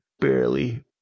Barely